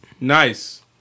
Nice